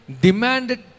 demanded